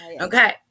Okay